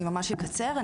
אני ממש אקצר.